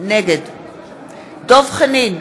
נגד דב חנין,